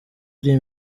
iri